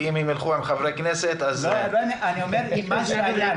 כי אם הם ילכו עם חברי הכנסת אז --- עם מה שהיה,